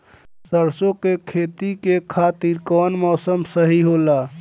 सरसो के खेती के खातिर कवन मौसम सही होला?